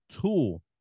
tool